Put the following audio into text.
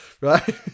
Right